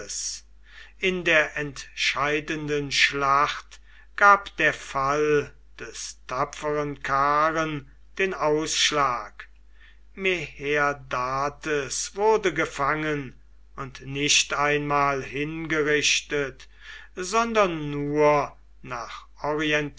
in der entscheidenden schlacht gab der fall des tapferen karn den ausschlag meherdates wurde gefangen und nicht einmal hingerichtet sondern nur nach